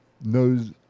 knows